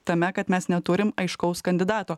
tame kad mes neturim aiškaus kandidato